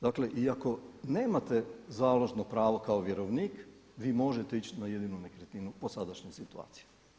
Dakle iako nemate založno pravo kao vjerovnik vi možete ići na jedinu nekretninu po sadašnjoj situaciji.